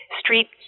street